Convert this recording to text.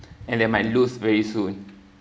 and they might lose very soon